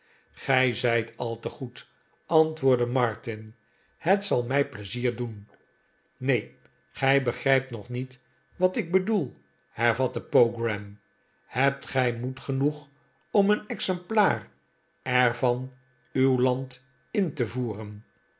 gij zijt al te goed antwoordde martin het zal mij pleizier doen neen gij begrijpt nog niet wat ik bedoel hervatte pogram hebt gij moed genoeg om een exemplaar er van uw land in te voeren